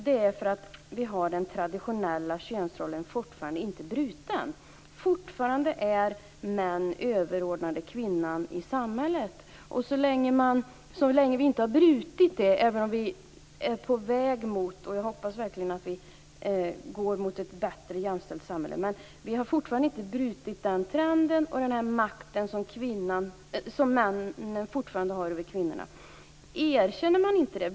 De traditionella könsrollerna har inte brutits. Män är fortfarande överordnade kvinnorna i samhället. Så länge den trenden inte bryts - jag hoppas verkligen att vi går mot ett mer jämställt samhälle - fortsätter männen att ha makten över kvinnorna. Kan man inte erkänna detta?